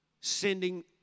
sending